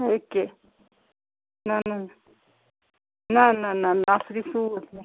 یٔکیٛاہ نہ نہ نہ نہ نہ نفری سوٗز مےٚ